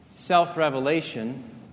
Self-revelation